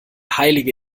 heilige